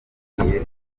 yabwiye